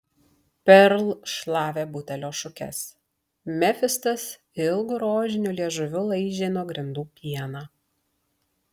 perl šlavė butelio šukes mefistas ilgu rožiniu liežuviu laižė nuo grindų pieną